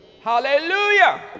hallelujah